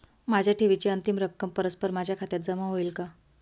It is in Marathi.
माझ्या ठेवीची अंतिम रक्कम परस्पर माझ्या खात्यात जमा होईल का?